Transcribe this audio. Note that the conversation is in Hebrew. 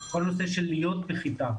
כל הנושא של להיות בכיתה,